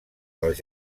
dels